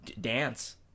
dance